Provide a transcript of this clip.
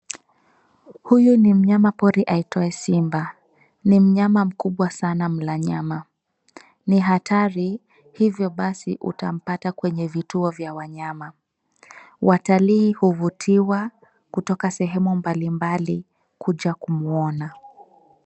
Huyu ni mnyama pori aitwaye simba, ni mnyama mkubwa sana mla nyama. Ni hatari, hivyo basi utampata kwenye vituo vya wanyama. Watalii huvutiwa kutoka sehemu mbalimbali kuja kumuona.